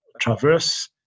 traverse